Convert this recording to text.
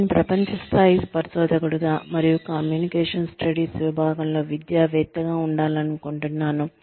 నేను ప్రపంచ స్థాయి పరిశోధకుడిగా మరియు కమ్యూనికేషన్ స్టడీస్ విభాగంలో విద్యావేత్తగా ఉండాలనుకుంటున్నాను